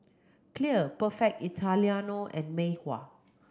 Clear Perfect Italiano and Mei Hua